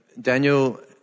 Daniel